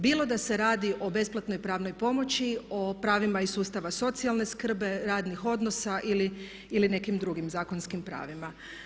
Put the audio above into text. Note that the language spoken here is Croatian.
Bilo da se radi o besplatnoj pravnoj pomoći, o pravima iz sustava socijalne skrbi, radnih odnosa ili nekim drugim zakonskim pravima.